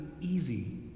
easy